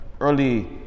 early